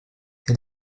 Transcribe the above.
elle